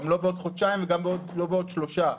גם לא בעוד חודשיים וגם לא בעוד שלושה.